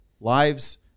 lives